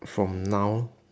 from now